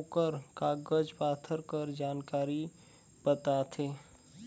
ओकर कागज पाथर कर जानकारी बताथे